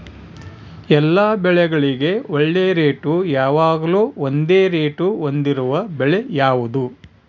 ಎಲ್ಲ ಬೆಳೆಗಳಿಗೆ ಒಳ್ಳೆ ರೇಟ್ ಯಾವಾಗ್ಲೂ ಒಂದೇ ರೇಟ್ ಹೊಂದಿರುವ ಬೆಳೆ ಯಾವುದು?